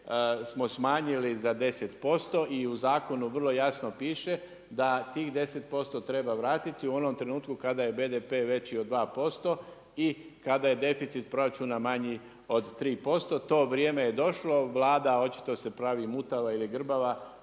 smo smanjili za 10% i u zakonu vrlo jasno piše, da tih 10% treba vratiti u onom trenutku kada je BDP veći od 2% i kada je deficit proračuna manji od 3%. To vrijeme je došlo, Vlada očito se pravi mutava ili grbava,